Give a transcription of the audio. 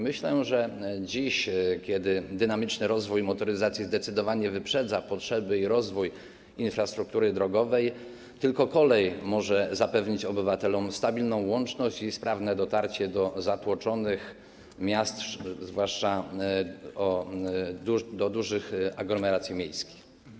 Myślę, że dziś, kiedy dynamiczny rozwój motoryzacji zdecydowanie wyprzedza potrzeby i rozwój infrastruktury drogowej, tylko kolej może zapewnić obywatelom stabilną łączność i sprawne dotarcie do zatłoczonych miast, zwłaszcza do dużych aglomeracji miejskich.